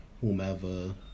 whomever